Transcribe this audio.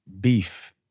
beef